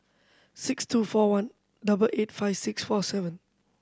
six two four one double eight five six four seven